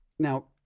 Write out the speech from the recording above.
Now